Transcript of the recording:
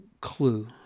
clue